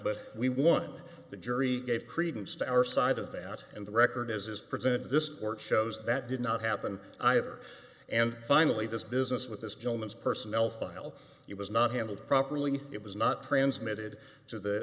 but we want the jury gave credence to our side of that and the record as is presented this work shows that did not happen either and finally this business with this gentleman's personnel file it was not handled properly it was not transmitted to the